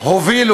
הובילו